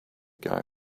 guy